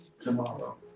Tomorrow